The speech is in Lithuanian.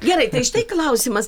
gerai tai štai klausimas